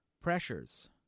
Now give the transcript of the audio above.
pressures